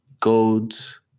codes